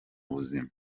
ubuzima